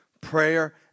Prayer